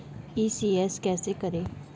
ECS कैसे करें?